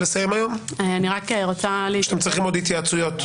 אנחנו יכולים לסיים היום או שאתם צריכים עוד התייעצויות?